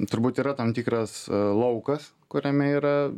turbūt yra tam tikras laukas kuriame yra